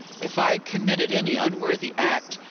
if i committed any unworthy act,